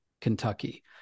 Kentucky